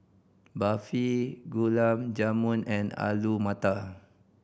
Barfi Gulab Jamun and Alu Matar